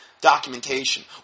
documentation